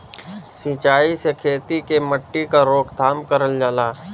सिंचाई से खेती के मट्टी क रोकथाम करल जाला